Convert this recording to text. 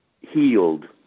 healed